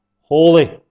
holy